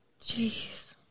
Jeez